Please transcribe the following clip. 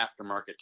aftermarket